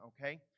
okay